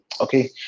okay